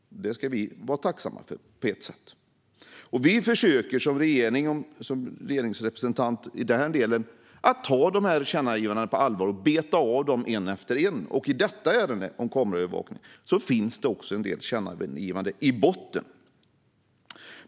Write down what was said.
Det ska vi på ett sätt vara tacksamma för. Regeringen och vi som regeringsrepresentanter försöker ta dessa tillkännagivanden på allvar och beta av dem ett efter ett. I detta ärende om kameraövervakning finns det en del tillkännagivanden i botten.